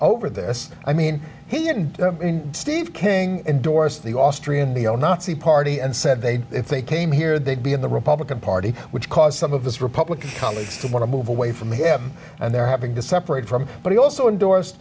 over this i mean he and steve king endorse the austrian the old nazi party and said they if they came here they'd be in the republican party which cause some of his republican colleagues to want to move away from him and they're having to separate from but he also endors